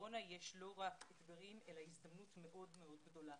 שבקורונה יש לא רק אתגרים אלא הזדמנות מאוד מאוד גדולה